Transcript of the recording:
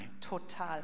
Total